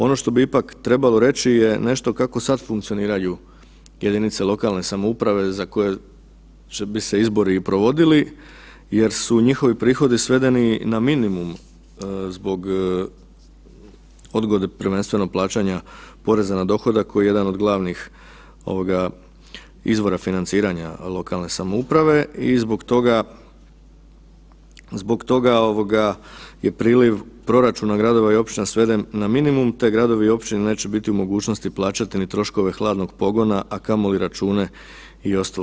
Ono što bi ipak trebalo reći je nešto kako sad funkcioniraju jedinice lokalne samouprave za koje čak bi se izbori i provodili jer su njihovi prihodi svedeni na minimume zbog odgode prvenstveno plaćanja poreza na dohodak koji je jedna od glavnih ovoga izvora financiranja lokalne samouprave i zbog toga, zbog toga je priliv proračuna gradova i općina sveden na minimum te gradovi i općine neće biti u mogućnosti plaćati ni troškove hladnog pogona, a kamoli račune i ostalo.